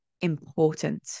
important